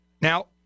Now